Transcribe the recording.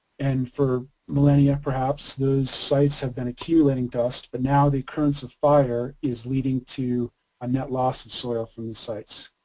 and for millennia perhaps those sites have been accumulating dust but now the occurrence of fire is leading to a net loss of soil from these sites.